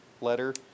letter